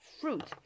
fruit